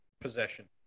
possession